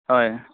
হয়